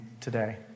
today